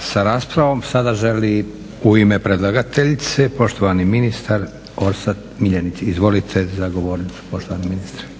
sa raspravom, sada želi u ime predlagateljice poštovani ministar Orsat Miljenić. Izvolite za govornicu poštovani ministre.